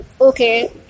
okay